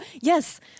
yes